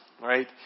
right